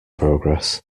progress